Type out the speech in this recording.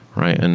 right? and